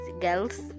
girls